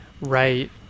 Right